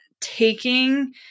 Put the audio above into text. taking